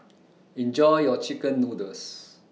Enjoy your Chicken Noodles